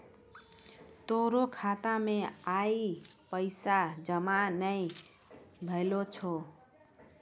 तोरो खाता मे आइ पैसा जमा नै भेलो छौं